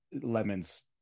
Lemon's